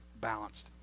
balanced